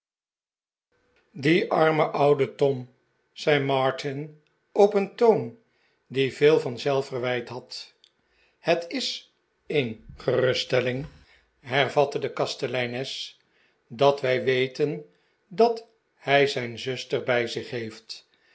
die arme oude tom zei martin op een toon die veel van zelfverwijt had het is een geruststelling hervatte de kasteleines dat wij weten dat hij zijn zuster bij zich heeft